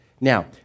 Now